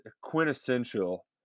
quintessential